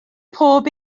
pob